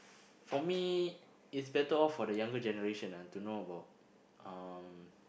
for me it's better off for the younger generation ah to know about um